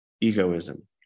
egoism